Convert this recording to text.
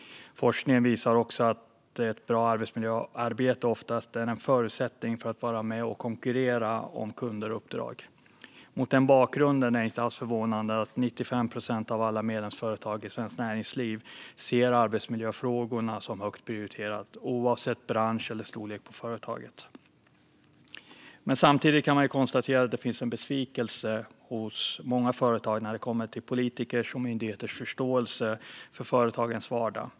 Forskningen visar också att ett bra arbetsmiljöarbete oftast är en förutsättning för att vara med och konkurrera om kunder och uppdrag. Mot den bakgrunden är det inte alls förvånande att 95 procent av alla medlemsföretag i Svenskt Näringsliv ser arbetsmiljöfrågorna som högt prioriterade, oavsett bransch eller storlek på företaget. Samtidigt kan man konstatera att det finns en besvikelse hos många företag när det gäller politikers och myndigheters förståelse för företagens vardag.